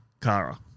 Kara